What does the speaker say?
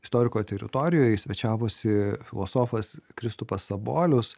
istoriko teritorijoj svečiavosi filosofas kristupas sabolius